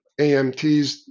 AMTs